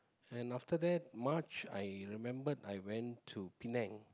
and after that March I remembered I went to Penang